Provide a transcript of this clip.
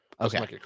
Okay